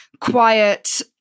quiet